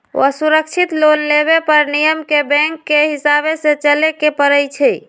असुरक्षित लोन लेबे पर नियम के बैंकके हिसाबे से चलेए के परइ छै